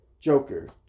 Joker